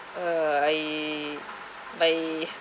uh I buy